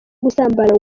gusambana